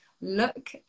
look